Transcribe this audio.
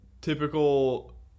typical